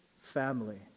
family